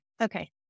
Okay